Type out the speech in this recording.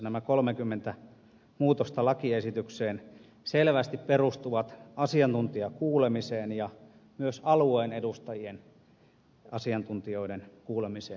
nämä kolmekymmentä muutosta lakiesitykseen selvästi perustuvat asiantuntijakuulemiseen ja myös alueen edustajien asiantuntijoiden kuulemiseen